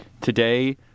Today